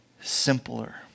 simpler